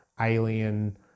Alien